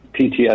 PTSD